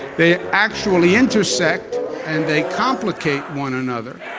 they actually intersect and they complicate one another.